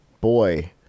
boy